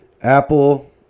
Apple